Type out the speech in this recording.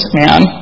man